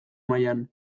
mailan